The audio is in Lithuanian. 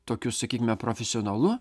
tokiu sakykime profesionalu